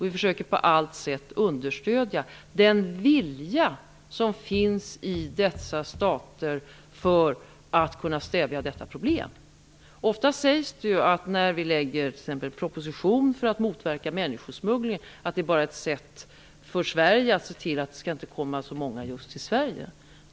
Vi försöker att på allt sätt understödja den vilja som finns i dessa stater för att stävja detta problem. Det sägs ofta, t.ex. när vi lägger fram en proposition för att motverka människosmuggling, att det bara är ett sätt för Sverige att se till att det inte skall komma så många just till Sverige.